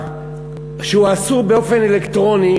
שהוא אסור באופן אלקטרוני,